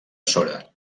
sora